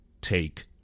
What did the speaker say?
take